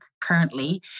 currently